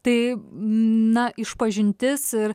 tai na išpažintis ir